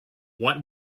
what